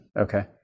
Okay